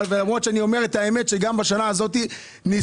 למרות אני אומר את האמת גם בשנה הזאת ניסו,